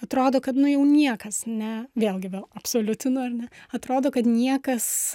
atrodo kad nu jau niekas ne vėlgi vėl absoliutinu ar ne atrodo kad niekas